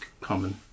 common